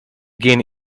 gain